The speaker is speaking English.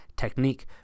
Technique